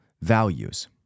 values